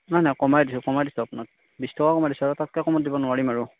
নাই নাই কমাই দিছোঁ কমাই দিছোঁ আপোনাক বিশ টকা কমাই দিছোঁ আৰু তাতকৈ কমাই দিব নোৱাৰিম আৰু